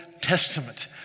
Testament